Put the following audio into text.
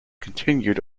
continued